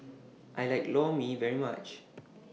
I like Lor Mee very much